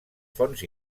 fonts